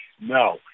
no